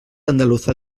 andaluza